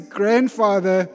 grandfather